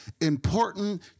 important